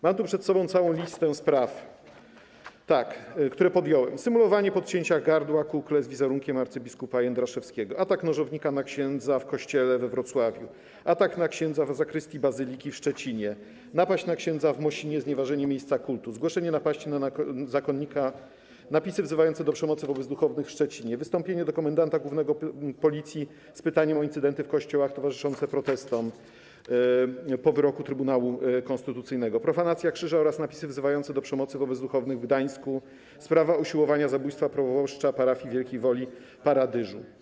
Mam tu przed sobą całą listę spraw, które podjąłem: symulowanie podcięcia gardła kukły z wizerunkiem abp. Jędraszewskiego, atak nożownika na księdza w kościele we Wrocławiu, atak na księdza w zakrystii bazyliki w Szczecinie, napaść na księdza w Mosinie, znieważenie miejsca kultu, zgłoszenie napaści na zakonnika, napisy wzywające do przemocy wobec duchownych w Szczecinie, wystąpienie do komendanta głównego Policji z pytaniem o incydenty w kościołach towarzyszące protestom po wyroku Trybunału Konstytucyjnego, profanacja krzyża oraz napisy wzywające do przemocy wobec duchownych w Gdańsku, sprawa usiłowania zabójstwa proboszcza parafii w Wielkiej Woli-Paradyżu.